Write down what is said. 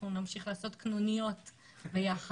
אנחנו נמשיך לעשות קנוניות ביחד.